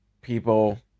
people